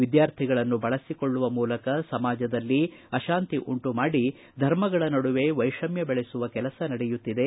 ವಿದ್ಯಾರ್ಥಿಗಳನ್ನು ಬಳಸಿಕೊಳ್ಳುವ ಮೂಲಕ ಸಮಾಜದಲ್ಲಿ ಅಶಾಂತಿ ಉಂಟು ಮಾಡಿ ಧರ್ಮಗಳ ನಡುವೆ ವೈಷಮ್ಯ ಬೆಳೆಸುವ ಕೆಲಸ ನಡೆಯುತ್ತಿದೆ